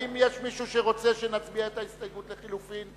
האם יש מישהו שרוצה שנצביע את ההסתייגות לחלופין?